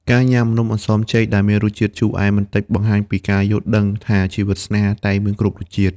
ការញ៉ាំ "នំអន្សមចេក" ដែលមានរសជាតិជូរអែមបន្តិច បង្ហាញពីការយល់ដឹងថាជីវិតស្នេហាតែងមានគ្រប់រសជាតិ។